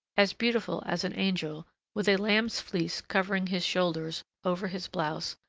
as beautiful as an angel, with a lamb's fleece covering his shoulders, over his blouse,